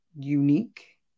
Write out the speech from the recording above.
unique